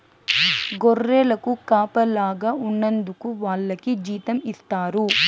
గొర్రెలకు కాపలాగా ఉన్నందుకు వాళ్లకి జీతం ఇస్తారు